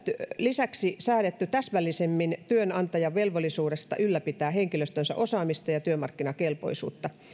lisäksi säädetty täsmällisemmin työnantajan velvollisuudesta ylläpitää henkilöstönsä osaamista ja työmarkkinakelpoisuutta